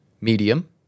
Medium